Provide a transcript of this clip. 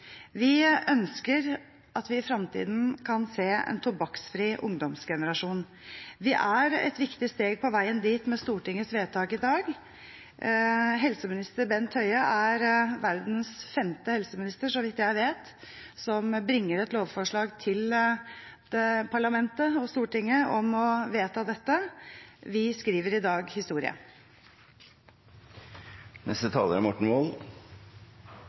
Vi ønsker at vi i fremtiden kan se en tobakksfri ungdomsgenerasjon, og vi er et viktig steg på veien dit med Stortingets vedtak i dag. Helseminister Bent Høie er verdens femte helseminister, så vidt jeg vet, som bringer et lovforslag til parlamentet om å vedta dette. Vi skriver i dag